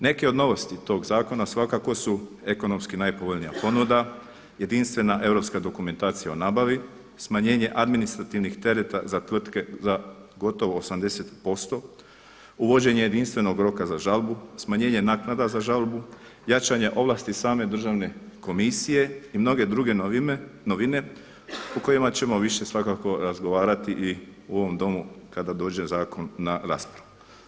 Neke od novosti tog zakona svakako su ekonomski najpovoljnija ponuda, jedinstvena europska dokumentacija o nabavi, smanjenje administrativnih tereta za tvrtke za gotovo 80%, uvođenje jedinstvenog roka za žalbu, smanjenje naknada za žalbu, jačanja ovlasti same Državne komisije i mnoge druge novine u kojima ćemo više svakako razgovarati i u ovom domu kada dođe zakon na raspravu.